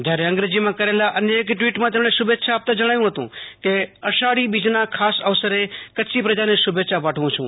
જ્યારે અંગ્રેજીમાં કરેલા અન્ય એક ટીવીટમાં તેમણે શુભેચ્છા આપતા જણાવ્યું છે કે અષાઢી બીજના ખાસ અવસરે કચ્છી પ્રજાને શુભેચ્છા પાઠવું છું